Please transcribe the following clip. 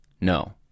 No